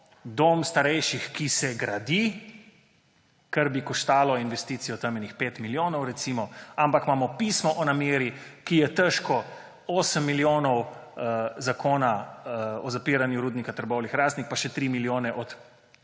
doma starejših, ki se gradi, kar bi koštalo investicijo recimo kakšnih 5 milijonov, ampak imamo pismo o nameri, ki je težko 8 milijonov iz zakona o zapiranju Rudnika Trbovlje-Hrastnik pa še 3 milijone od